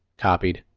copied,